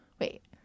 wait